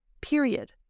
Period